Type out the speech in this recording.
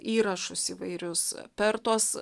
įrašus įvairius per tuos